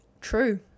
true